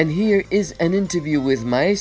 and here is an interview with my